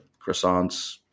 croissants